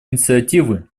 инициативы